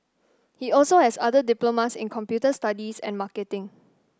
he also has other diplomas in computer studies and marketing